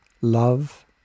love